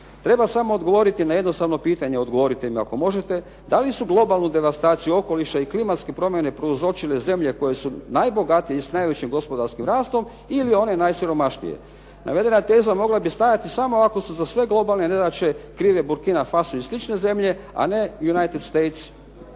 Treba samo odgovoriti na jednostavno pitanje, odgovorite mi ako možete, da li su globalnu devastaciju okoliša i klimatske promjene prouzročile zemlje koje su najbogatije i s najvećim gospodarskim rastom ili one najsiromašnije. Navedena teza mogla bi stajati samo ako su za sve globalne nedaće krive Burkina Faso i slične zemlje, a je United States